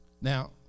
Now